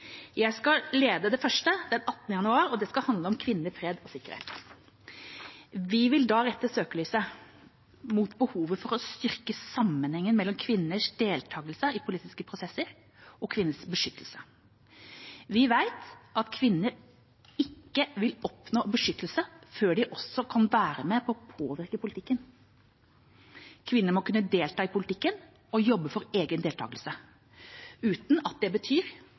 Jeg skal selv lede det første, den 18. januar. Det skal handle om kvinner, fred og sikkerhet. Vi vil da rette søkelyset mot behovet for å styrke sammenhengen mellom kvinners deltakelse i politiske prosesser og kvinners beskyttelse. Vi vet at kvinner ikke vil oppnå beskyttelse før de også kan være med og påvirke politikken. Kvinner må kunne delta i politikken og jobbe for egen deltakelse, uten at det betyr